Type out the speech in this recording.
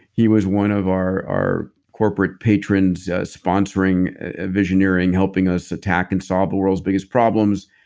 he was one of our our corporate patrons sponsoring visioneering, helping us attack and solve the world's biggest problems.